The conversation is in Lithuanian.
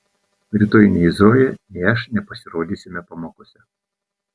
rytoj nei zoja nei aš nepasirodysime pamokose